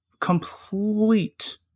complete